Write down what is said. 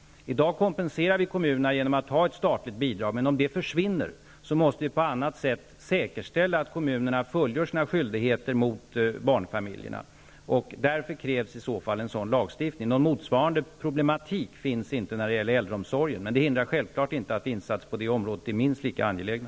dag kompenseras kommunerna genom att det finns ett statligt bidrag, men om bidraget försvinner måste vi på annat sätt säkerställa att kommunerna fullgör sina skyldigheter mot barnfamiljerna. Därför kan det krävas en lagstiftning. Någon motsvarande problematik finns inte när det gäller äldreomsorgen, vilket självfallet inte hindrar att insatser på det området är minst lika angelägna.